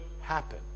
happen